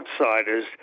outsiders